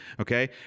okay